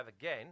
again